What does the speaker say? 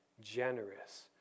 generous